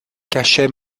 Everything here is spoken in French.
cachait